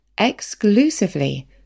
exclusively